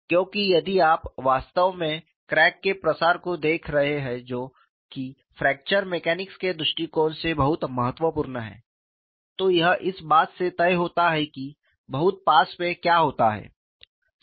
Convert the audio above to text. क्योंकि यदि आप वास्तव में क्रैक के प्रसार को देख रहे हैं जो कि फ्रैक्चर मैकेनिक्स के दृष्टिकोण से बहुत महत्वपूर्ण है तो यह इस बात से तय होता है कि बहुत पास में क्या होता है